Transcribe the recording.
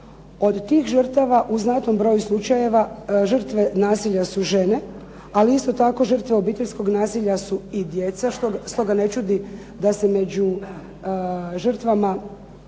Od tih žrtava u znatnom broju slučajeva žrtve nasilja su žene, ali isto tako žrtve obiteljskog nasilja su i djeca. Stoga ne čudi da se među žrtvama